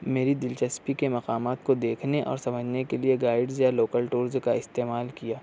میری دلچسپی کے مقامات کو دیکھنے اور سمجھنے کے لیے گائڈز یا لوکل ٹورز کا استعمال کیا